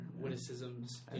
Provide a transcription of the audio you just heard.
witticisms